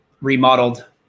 remodeled